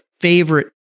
favorite